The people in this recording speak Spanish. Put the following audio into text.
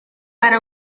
para